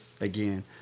Again